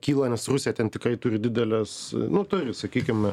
kyla nes rusija ten tikrai turi dideles nu turi sakykime